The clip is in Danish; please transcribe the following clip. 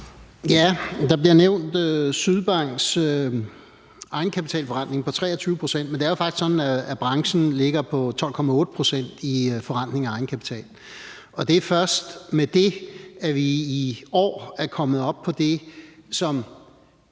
Der bliver nævnt Sydbanks egenkapitalforrentning på 23 pct., men det er jo faktisk sådan, at branchen ligger på 12,8 pct. i forrentning af egenkapital. Og det er først med det, at vi egentlig i år er kommet op på det, som